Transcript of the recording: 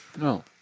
No